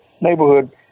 neighborhood